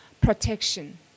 protection